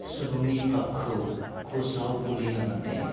सुबुंनि फाफखौ क्रुसाव बोलि होनानै